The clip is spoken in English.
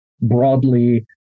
broadly